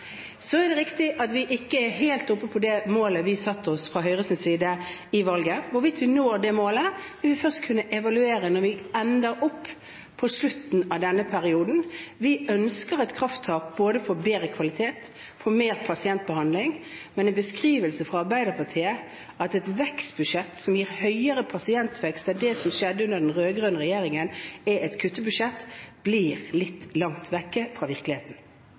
Så er det riktig at vi ikke helt har nådd det målet vi satte oss fra Høyres side i valget. Hvorvidt vi når det målet, vil vi først kunne evaluere på slutten av denne perioden. Vi ønsker et krafttak både for bedre kvalitet og for mer pasientbehandling. En beskrivelse fra Arbeiderpartiet om at et budsjett som gir høyere vekst i pasientbehandlingen enn det som skjedde under den rød-grønne regjeringen, er et kuttbudsjett, blir litt langt vekk fra virkeligheten.